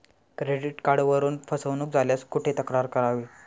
Credit कार्डवरून फसवणूक झाल्यास कुठे तक्रार करावी?